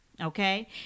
Okay